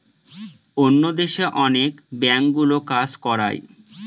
অন্য দেশে অনেক ব্যাঙ্কগুলো কাজ করায়